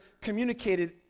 communicated